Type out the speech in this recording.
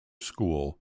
school